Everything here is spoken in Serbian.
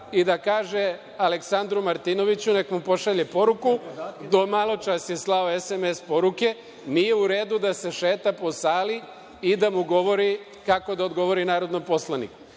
i da kaže Aleksandru Martinoviću, neka mu pošalje poruku, do malo čas je slao SMS poruke, nije u redu da se šeta po sali i da mu govori kako da odgovori narodnom poslaniku.